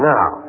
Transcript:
Now